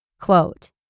Quote